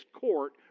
court